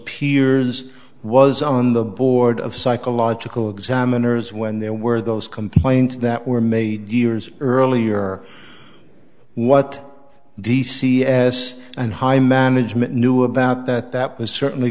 piers was on the board of psychological examiners when there were those complaints that were made years earlier what d c s and high management knew about that that was certainly